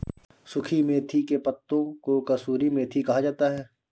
सुखी मेथी के पत्तों को कसूरी मेथी कहा जाता है